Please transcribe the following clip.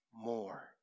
more